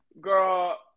girl